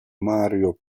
mario